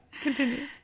continue